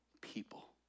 people